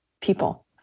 people